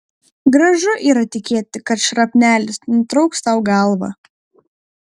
gražu yra tikėti kad šrapnelis nutrauks tau galvą